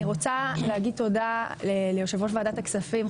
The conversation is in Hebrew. אני רוצה להגיד תודה ליושב-ראש ועדת הכספים,